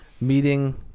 meeting